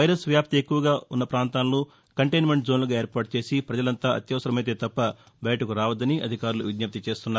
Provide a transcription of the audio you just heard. virus వ్యాప్తి ఎక్కువగా ప్రాంతాలను కంటైన్మెంట్ జోన్లలుగా ఏర్పాటు చేసి పజలంతా అత్యవసరమైతే తప్ప బయటకు రావద్గని అధికారులు విజ్ఞప్తి చేస్తున్నారు